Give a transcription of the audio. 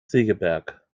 segeberg